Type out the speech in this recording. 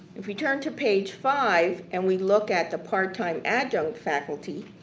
if we turn to page five and we look at the part-time adjunct faculty,